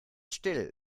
still